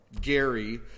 gary